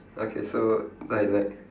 okay so mine like